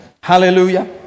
Hallelujah